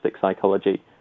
psychology